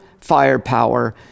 firepower